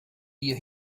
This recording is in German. ihr